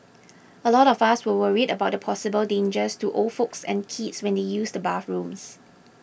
a lot of us are worried about the possible dangers to old folks and kids when they use the bathrooms